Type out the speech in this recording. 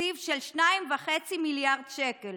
בתקציב של 2.5 מיליארד שקל.